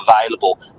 available